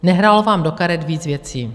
Nehrálo vám do karet víc věcí.